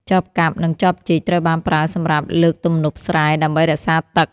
ចបកាប់ និងចបជីក ត្រូវបានប្រើសម្រាប់លើកទំនប់ស្រែដើម្បីរក្សាទឹក។